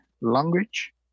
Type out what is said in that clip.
language